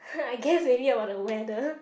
I guess maybe about the weather